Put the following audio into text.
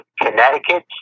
Connecticut